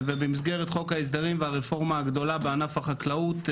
במסגרת חוק ההסדרים והרפורמה הגדולה בענף החקלאות,